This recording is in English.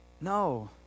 No